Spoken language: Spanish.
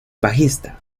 bajista